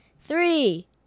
Three